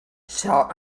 shall